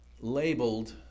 labeled